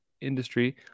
industry